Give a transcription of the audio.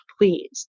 please